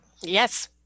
Yes